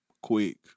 quick